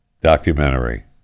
documentary